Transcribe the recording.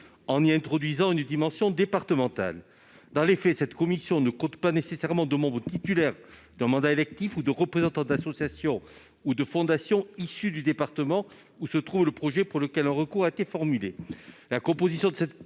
en introduisant une dimension départementale. Dans les faits, ces commissions ne comptent pas nécessairement de membres titulaires d'un mandat électif ou de représentants d'associations ou de fondations issus du département où se trouve le projet pour lequel un recours a été formulé. La composition de ces commissions